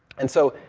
and so,